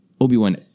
Obi-Wan